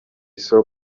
solo